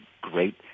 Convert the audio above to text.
great